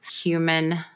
human